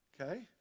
Okay